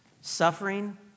Suffering